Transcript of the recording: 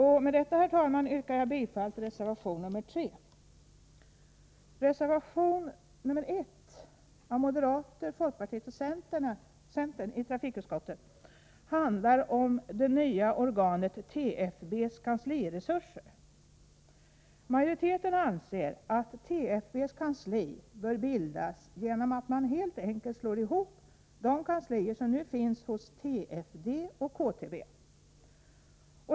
Med detta, herr talman, yrkar jag bifall till reservation nr 3. Reservation nr 1 av moderater, folkpartister och centerpartister i trafikutskottet handlar om det nya organet TFB:s kansliresurser. Majoriteten anser att TFB:s kansli bör bildas genom att man helt enkelt slår ihop de kanslier som nu finns hos TFD och KTB.